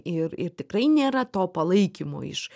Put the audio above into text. ir ir tikrai nėra to palaikymo iš